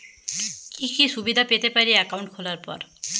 কি কি সুবিধে পেতে পারি একাউন্ট খোলার পর?